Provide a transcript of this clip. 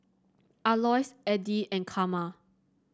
Alois Addie and Karma